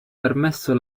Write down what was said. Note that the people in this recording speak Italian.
permesso